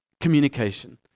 Communication